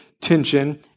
tension